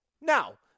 Now